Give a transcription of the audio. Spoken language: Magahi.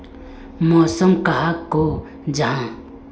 मौसम कहाक को जाहा?